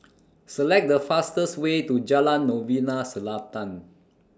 Select The fastest Way to Jalan Novena Selatan